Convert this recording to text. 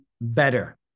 better